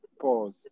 pause